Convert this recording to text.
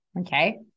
Okay